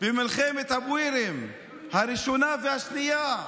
במלחמת הבורים הראשונה והשנייה,